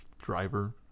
driver